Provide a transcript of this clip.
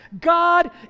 God